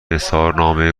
اظهارنامه